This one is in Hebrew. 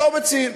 לא מציעים.